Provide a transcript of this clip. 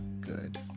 good